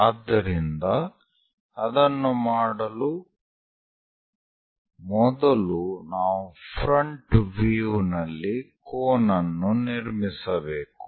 ಆದ್ದರಿಂದ ಅದನ್ನು ಮಾಡಲು ಮೊದಲು ನಾವು ಫ್ರಂಟ್ ವೀವ್ ನಲ್ಲಿ ಕೋನ್ ಅನ್ನು ನಿರ್ಮಿಸಬೇಕು